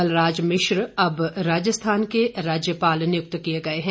कलराज मिश्र अब राजस्थान के राज्यपाल नियुक्त किए गए हैं